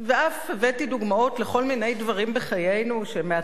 ואף הבאתי דוגמאות לכל מיני דברים בחיינו שמעתה